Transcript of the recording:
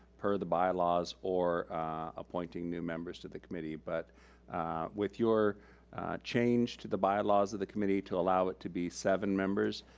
per the bylaws, or appointing new members to the committee. but with your change to the bylaws of the committee to allow it to be seven members,